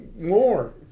more